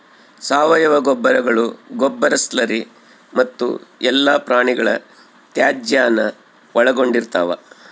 ಸಾವಯವ ಗೊಬ್ಬರಗಳು ಗೊಬ್ಬರ ಸ್ಲರಿ ಮತ್ತು ಎಲ್ಲಾ ಪ್ರಾಣಿಗಳ ತ್ಯಾಜ್ಯಾನ ಒಳಗೊಂಡಿರ್ತವ